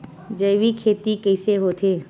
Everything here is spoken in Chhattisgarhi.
जैविक खेती कइसे होथे?